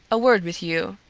a word with you,